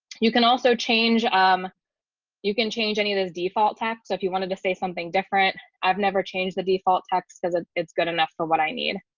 you can also change um you can change any of those default tasks. so if you wanted to say something different, i've never changed the default text because ah it's good enough for what i need.